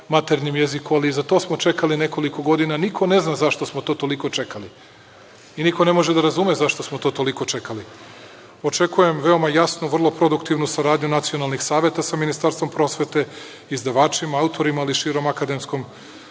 maternjem jeziku, ali za to smo čekali nekoliko godina. Niko ne zna zašto smo to toliko čekali i niko ne može da razume zašto smo to toliko čekali. Očekujem vrlo jasnu i produktivnu saradnju nacionalnih saveta sa Ministarstvom prosvete, izdavačima, autorima, ali i širom akademskom